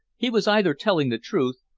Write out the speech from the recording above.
he was either telling the truth,